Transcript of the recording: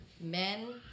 men